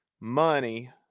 money